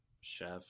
Chef